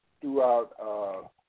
throughout